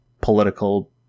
political